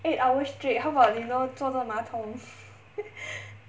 eight hours straight how about you know 坐在马桶